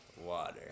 Water